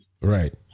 Right